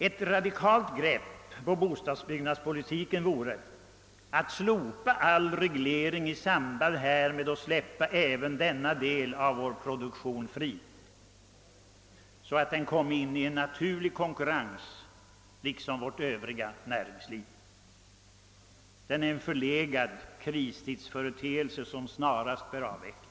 Ett radikalt grepp i fråga om bostadsbyggnadspolitiken vore att slopa all reglering på detta område och släppa även denna del av produktionen fri, så att denna liksom vårt Övriga näringsliv komme in i en naturlig konkurrens. Denna reglering är en förlegad kristidsföreteelse, som snarast bör avvecklas.